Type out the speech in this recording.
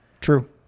True